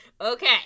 Okay